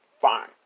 fine